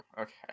Okay